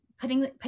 putting